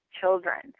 children